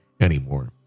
anymore